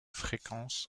fréquence